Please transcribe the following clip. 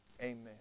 Amen